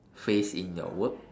face in your work